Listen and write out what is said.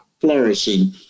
flourishing